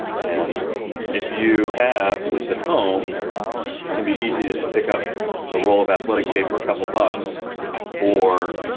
and if you have this at home it can be easy just to pick up a roll of athletic tape for a couple bucks or